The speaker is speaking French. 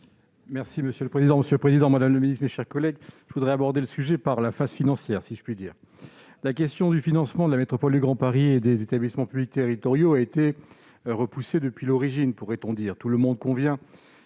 M. Vincent Capo-Canellas. Monsieur le président, madame la ministre, mes chers collègues, je souhaite aborder le sujet par la face financière, si j'ose dire. La question du financement de la métropole du Grand Paris et des établissements publics territoriaux a été repoussée depuis l'origine. Tout le monde convient